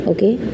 Okay